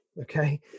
okay